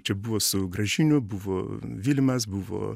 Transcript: čia buvo su gražiniu buvo vilimas buvo